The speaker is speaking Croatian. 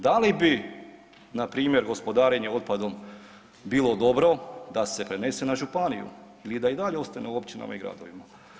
Da li npr. gospodarenje otpadom bilo dobro da se prenese na županiju ili da i dalje ostane u općinama i gradovima?